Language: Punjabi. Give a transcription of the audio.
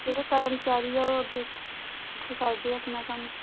ਜਿਹੜੇ ਕਰਮਚਾਰੀ ਆ ਉਹ ਅੱਗੇ ਇੱਕ ਕੁਛ ਕਰਦੇ ਆ ਆਪਣਾ ਕੰਮ